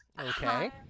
Okay